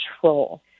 control